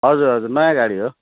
हजुर हजुर नयाँ गाडी हो